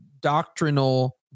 doctrinal